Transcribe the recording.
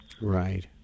Right